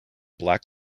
black